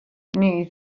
new